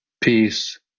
peace